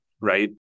right